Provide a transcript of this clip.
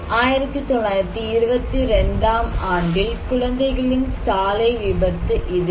1922 ஆம் ஆண்டில் குழந்தைகளின் சாலை விபத்து இது